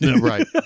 Right